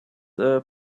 pray